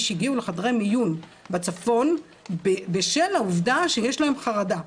הגיעו לחדרי המיון בצפון בשל העובדה שיש להם חרדה.